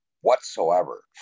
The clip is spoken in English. whatsoever